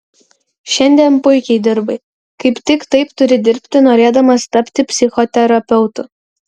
šiandien puikiai dirbai kaip tik taip turi dirbti norėdamas tapti psichoterapeutu